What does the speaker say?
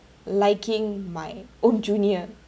liking my own junior